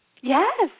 Yes